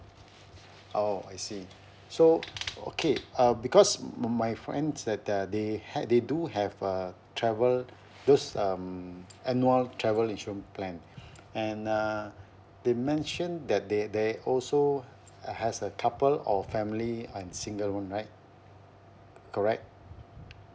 oh I see so okay uh because my my friends said that they had they do have a travel those um annual travel insurance plan and uh they mentioned that they they also uh has a couple of family and single [one] right correct